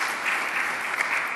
(מחיאת כפיים)